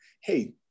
hey